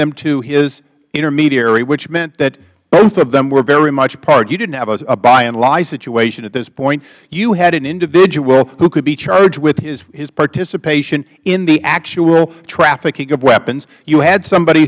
them to his intermediary which meant that both of them were very much a part you didn't have a buy and lie situation at this point you had an individual who could be charged with his participation in the actual trafficking of weapons you had somebody